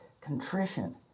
contrition